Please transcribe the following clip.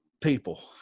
people